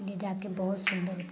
इसलिए जाकर बहुत सुंदर उतरा है